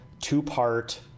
two-part